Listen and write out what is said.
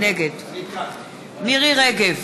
נגד מירי רגב,